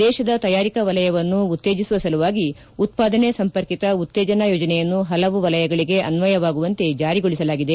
ದೇಶದ ತಯಾರಿಕಾ ವಲಯವನ್ನು ಉತ್ತೇಜಿಸುವ ಸಲುವಾಗಿ ಉತ್ತಾದನೆ ಸಂಪರ್ಕಿತ ಉತ್ತೇಜನಾ ಯೋಜನೆಯನ್ನು ಪಲವು ವಲಯಗಳಿಗೆ ಅನ್ನಯವಾಗುವಂತೆ ಜಾರಿಗೊಳಿಸಲಾಗಿದೆ